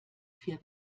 vier